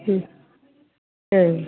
उम ओं